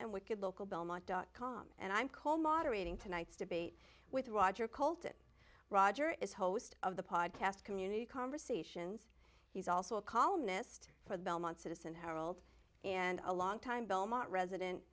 wicked local belmont dot com and i'm cole moderating tonight's debate with roger cult it roger is host of the podcast community conversations he's also a columnist for the belmont citizen herald and a long time belmont resident